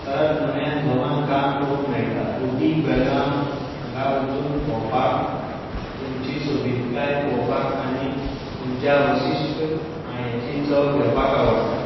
परत नव्यान जोमान काम करूं मेळटा उटी बेळगांव हांगां वचून भोवपाक थंयची सोबीतकाय पळोवपाक आनी थंयच्या विशीश्ट खाण्याची चव घेवपाक आवडटा